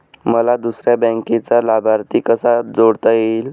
मला दुसऱ्या बँकेचा लाभार्थी कसा जोडता येईल?